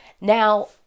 Now